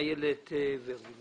איילת נחמיאס ורבין.